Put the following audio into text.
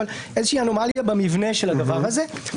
אבל איזה אנומליה במבנה של הדבר הזה.